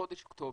לחודש אוקטובר,